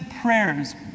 prayers